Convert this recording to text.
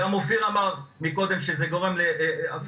גם אופיר אמר מקודם שזה גורם להפרעות.